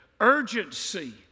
urgency